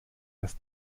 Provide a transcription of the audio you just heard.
das